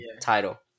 Title